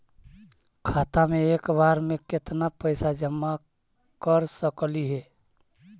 खाता मे एक बार मे केत्ना पैसा जमा कर सकली हे?